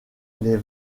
les